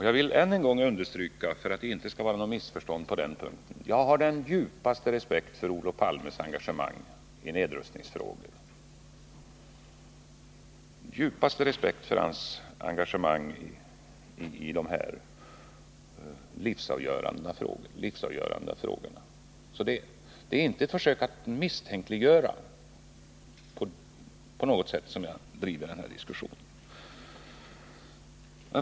Jag vill än en gång understryka, för att det inte skall finnas några missförstånd på den punkten, att jag har den djupaste respekt för Olof Palmes engagemang i nedrustningsfrågor, i dessa livsavgörande frågor. Det är således inte för att försöka misstänkliggöra honom på något sätt som jag driver den här diskussionen.